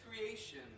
creation